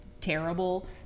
terrible